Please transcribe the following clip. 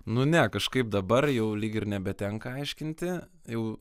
nu ne kažkaip dabar jau lyg ir nebetenka aiškinti jau